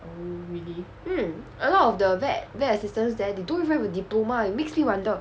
mm a lot of the vet vet assistance there they don't even have a diploma it makes me wonder